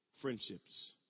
friendships